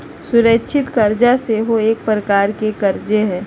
सुरक्षित करजा सेहो एक प्रकार के करजे हइ